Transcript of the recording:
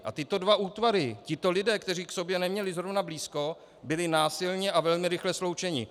A tyto dva útvary, tito lidé, kteří k sobě neměli zrovna blízko, byli násilně a velmi rychle sloučeni.